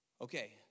Okay